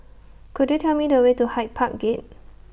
Could YOU Tell Me The Way to Hyde Park Gate